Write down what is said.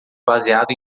baseado